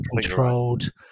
controlled